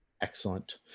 Excellent